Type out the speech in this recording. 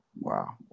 wow